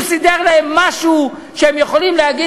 הוא סידר להם משהו שהם יכולים להגיד,